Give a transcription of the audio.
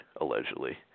allegedly